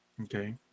okay